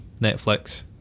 Netflix